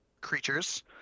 creatures